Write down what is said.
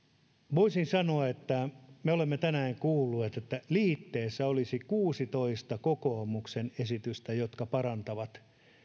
voisin sanoa että me olemme tänään kuulleet että liitteessä olisi kuudentoista kokoomuksen esitystä jotka